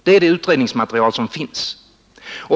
Det är det utredningsmaterial som finns.